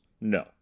no